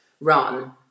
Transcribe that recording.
run